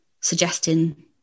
suggesting